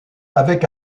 avec